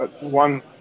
One